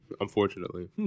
Unfortunately